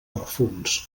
perfums